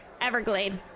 Everglade